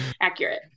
accurate